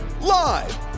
Live